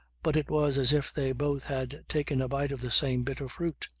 but it was as if they both had taken a bite of the same bitter fruit.